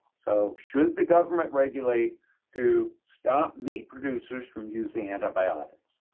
so should the government regulate to stop meat producers from using antibiotics?